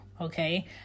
okay